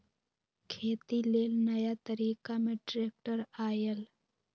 खेती लेल नया तरिका में ट्रैक्टर आयल